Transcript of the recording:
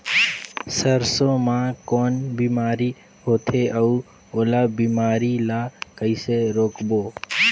सरसो मा कौन बीमारी होथे अउ ओला बीमारी ला कइसे रोकबो?